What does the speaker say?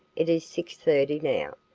it is six thirty now.